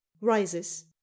rises